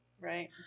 right